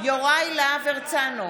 יוראי להב הרצנו,